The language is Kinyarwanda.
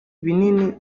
binini